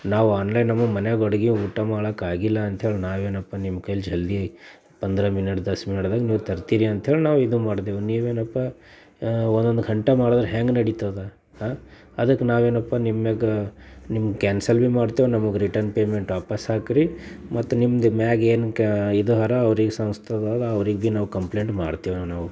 ನಾವು online ನಮ್ಗೆ ಮನೆಯಾಗ ಅಡ್ಗೆ ಊಟ ಮಾಡೋಕ್ಕಾಗಿಲ್ಲ ಅಂಥೇಳಿ ನಾವೇನಪ್ಪ ನಿಮ್ಮ ಕೈಲಿ ಜಲ್ದಿ ಪಂದ್ರ ಮಿನಿಟ್ ದಸ್ ಮಿನಿಟ್ದಾಗ ನೀವು ತರುತ್ತೀರಿ ಅಂಥೇಳಿ ನಾವು ಇದು ಮಾಡಿದೆವು ನೀವೇನಪ್ಪ ಒಂದೊಂದು ಗಂಟೆ ಮಾಡಿದ್ರೆ ಹೇಗೆ ನಡಿತದೆ ಹಾಂ ಅದಕ್ಕೆ ನಾವೇನಪ್ಪ ನಿಮ್ಮ ಮ್ಯಾಲ ನಿಮ್ಮ ಕ್ಯಾನ್ಸಲ್ ಭೀ ಮಾಡ್ತೇವೆ ನಮ್ಗೆ ರಿಟರ್ನ್ ಪೇಮೆಂಟ್ ವಾಪಾಸ್ಹಾಕ್ರಿ ಮತ್ತು ನಿಮ್ದು ಮ್ಯಾಲೇನು ಕಾ ಇದು ಹರ ಅವ್ರಿಗೆ ಸಂಸ್ಥೆದು ಅದು ಅವ್ರಿಗೆ ಭೀ ನಾವು ಕಂಪ್ಲೇಂಟ್ ಮಾಡ್ತೇವೆ ನಾವು